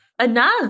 Enough